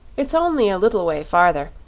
it's only a little way farther,